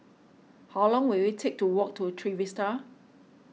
how long will it take to walk to Trevista